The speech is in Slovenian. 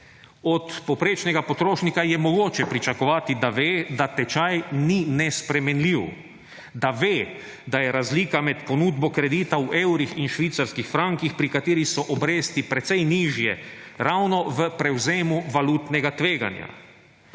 Od povprečnega potrošnika je mogoče pričakovati, da ve, da tečaj ni nespremenljiv, da ve, da je razlika med ponudbo kredita v evrih in švicarskih frankih, pri kateri so obresti precej nižje, ravno v prevzemu valutnega tveganja.